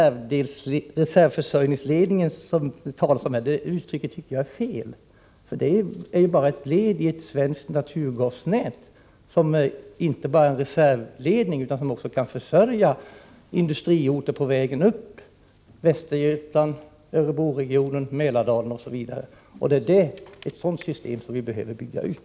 Reservförsörjningsledningen, som statsrådet talar om, tycker jag är ett felaktigt uttryck. Den ledningen är ju bara en del av svenskt naturgasnät, inte en reservförsörjningsledning. Den kan också försörja industriorter på sin väg upp genom landet, i Västergötland, Örebroregionen, Mälardalen osv. Det är ett sådant system som vi behöver bygga ut.